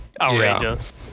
outrageous